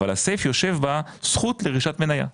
אבל הסייף יושב בה זכות לרכישת מניה.